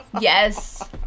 Yes